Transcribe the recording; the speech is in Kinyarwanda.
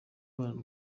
mwana